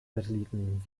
satelliten